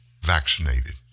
vaccinated